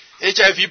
HIV